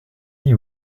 dit